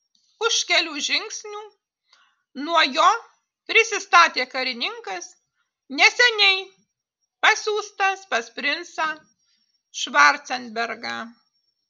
už kelių žingsnių nuo jo prisistatė karininkas neseniai pasiųstas pas princą švarcenbergą